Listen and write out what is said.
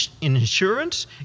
insurance